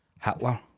Hitler